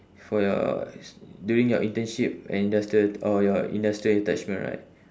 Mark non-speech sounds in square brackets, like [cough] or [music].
for your [noise] during your internship and industrial or your industrial attachment right